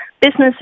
businesses